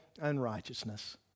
unrighteousness